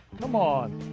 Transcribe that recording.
come on.